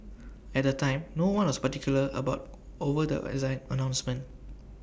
at the time no one was particularly about over the announcement